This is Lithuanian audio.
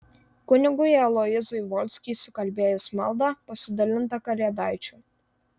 kunigui aloyzui volskiui sukalbėjus maldą pasidalinta kalėdaičių